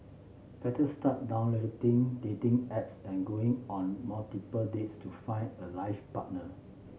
better start downloading dating apps and going on multiple dates to find a life partner